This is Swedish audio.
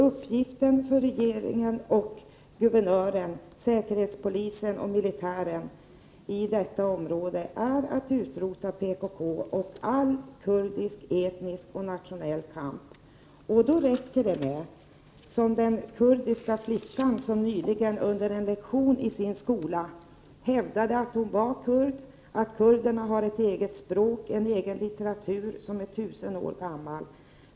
Uppgiften för regeringen, guvernören, säkerhetspolisen och militären i detta område är att utrota PKK och all kurdisk etnisk och nationell kamp. Det räcker att göra som en kurdisk flicka gjorde nyligen. Under en lektion i sin skola hävdade hon att hon var kurd, att kurderna har ett eget språk, och en egen litteratur som är tusen år gammal.